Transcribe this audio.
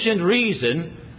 reason